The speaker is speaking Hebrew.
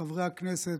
וחברי הכנסת,